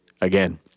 again